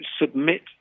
submit